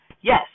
Yes